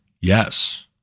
yes